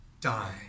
die